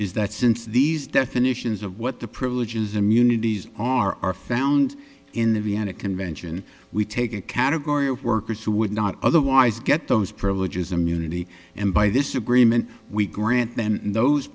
is that since these definitions of what the privileges immunities are are found in the vienna convention we take a category of workers who would not otherwise get those privileges immunity and by this agreement we grant then those